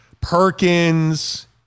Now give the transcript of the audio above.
Perkins